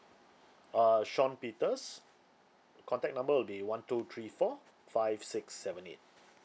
err sean peters contact number will be one two three four five six seven eight